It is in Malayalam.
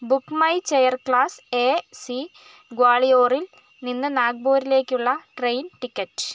book my chair class A C ഗ്വാളിയോറിൽ നിന്ന് നാഗ്പൂരിലേക്കുള്ള ട്രെയിൻ ടിക്കറ്റ്